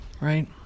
right